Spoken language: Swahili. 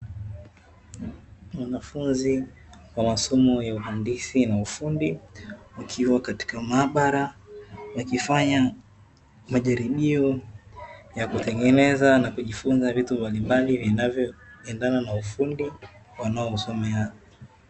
Wanafunzi wa masomo ya uhandisi na ufundi wakiwa katika maabara, wakifanya majaribio ya kutengeneza na kujifunza vitu mbalimbali vinavyoendana na ufundi wanaousomea.